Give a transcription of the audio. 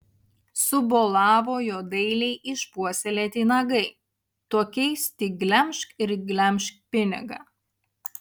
subolavo jo dailiai išpuoselėti nagai tokiais tik glemžk ir glemžk pinigą